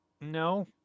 No